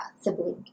sibling